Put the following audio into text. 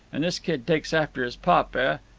and this kid takes after his pop, ah?